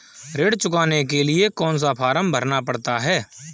ऋण चुकाने के लिए कौन सा फॉर्म भरना पड़ता है?